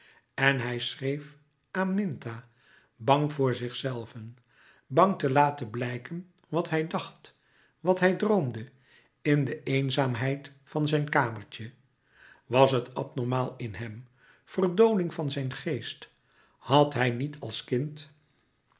en hij schreef aminta bang voor zichzelven bang te laten blijken wat hij dacht wat hij droomde in de eenzaamheid van zijn kamertje was het abnormaal in hem verdooling van zijn geest had hij niet als kind